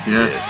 Yes